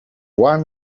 one